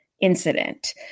incident